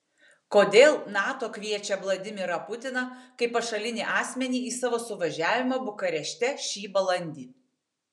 kodėl nato kviečia vladimirą putiną kaip pašalinį asmenį į savo suvažiavimą bukarešte šį balandį